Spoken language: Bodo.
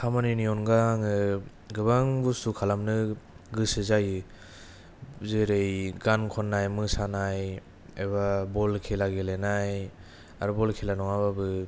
खामानिनि अनगा आङो गोबां बुस्तु खालामनो गोसो जायो जेरै गान खननाय मोसानाय एबा बल खेला गेलेनाय आरो बल खेला नङाबाबो